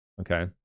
okay